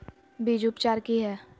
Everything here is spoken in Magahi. बीज उपचार कि हैय?